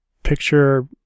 Picture